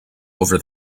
over